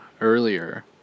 earlier